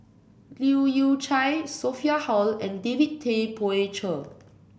Leu Yew Chye Sophia Hull and David Tay Poey Cher